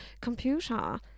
computer